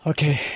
Okay